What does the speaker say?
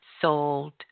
sold